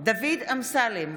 דוד אמסלם,